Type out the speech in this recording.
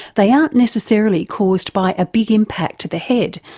they aren't necessarily caused by a big impact to the head.